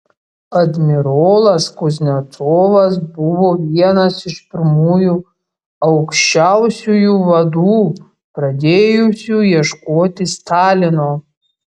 admirolas kuznecovas buvo vienas iš pirmųjų aukščiausiųjų vadų pradėjusių ieškoti stalino